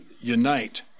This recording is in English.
unite